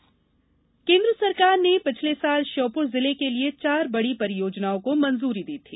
श्योपुर नववर्ष केन्द्र सरकार ने पिछले साल श्योप्र जिले के लिए चार बड़ी परियोजनाओं को मंजूरी दी थी